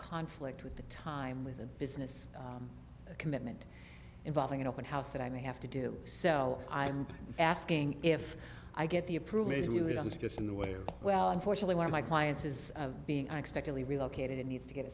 conflict with the time with a business commitment involving an open house that i may have to do so i'm asking if i get the approval well unfortunately one of my clients is of being unexpectedly relocated it needs to get